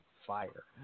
fire